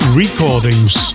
recordings